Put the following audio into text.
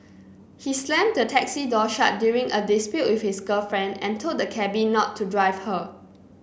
he slammed the taxi door shut during a dispute with his girlfriend and told the cabby not to drive her